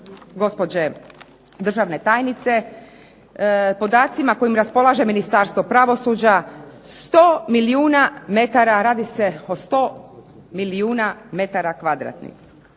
gospođe državne tajnice, podacima kojim raspolaže Ministarstvo pravosuđa 100 milijuna metara, radi se o 100 milijuna metara kvadratnih.